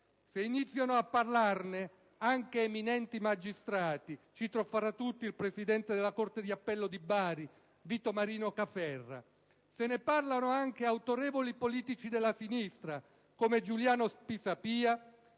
Se iniziano a parlarne anche eminenti magistrati (cito fra tutti il presidente della corte d'appello di Bari Vito Marino Caferra), se ne parlano anche autorevoli politici della sinistra (come Giuliano Pisapia),